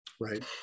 Right